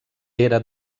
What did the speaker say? era